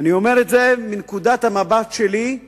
אני אומר את זה מנקודת המבט שלי,